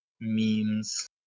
memes